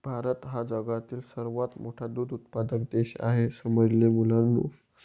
भारत हा जगातील सर्वात मोठा दूध उत्पादक देश आहे समजले मुलांनो